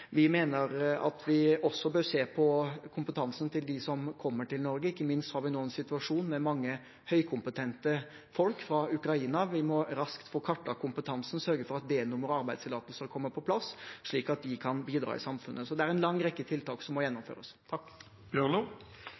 Vi mener at vi også bør se på kompetansen til dem som kommer til Norge. Ikke minst har vi nå en situasjon med mange høykompetente folk fra Ukraina. Vi må raskt få kartlagt kompetansen og sørge for at D-numre og arbeidstillatelser kommer på plass, slik at de kan bidra i samfunnet. Så det er en lang rekke tiltak som må gjennomføres.